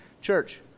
church